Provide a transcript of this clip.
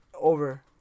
over